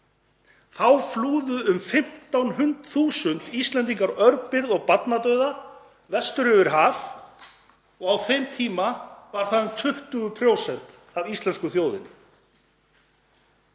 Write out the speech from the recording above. Þá flúðu um 15.000 Íslendingar örbirgð og barnadauða vestur um haf og á þeim tíma voru það um 20% af íslensku þjóðinni.